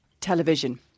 television